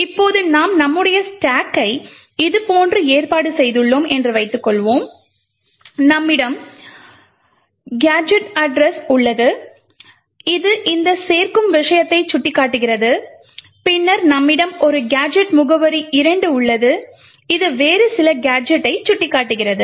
இப்போது நாம் நம்முடைய ஸ்டாக்கை இதுபோன்று ஏற்பாடு செய்துள்ளோம் என்று வைத்துக்கொள்வோம் நம்மிடம் GadgetAddr உள்ளது இது இந்த சேர்க்கும் விஷயத்தை சுட்டிக்காட்டுகிறது பின்னர் நம்மிடம் ஒரு கேஜெட் முகவரி 2 உள்ளது இது வேறு சில கேஜெட்டை சுட்டிக்காட்டுகிறது